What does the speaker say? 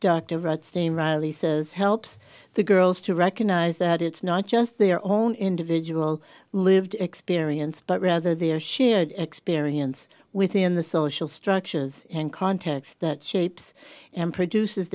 dean riley says helps the girls to recognize that it's not just their own individual lived experience but rather their shared experience within the social structures and context that shapes and produce